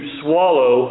swallow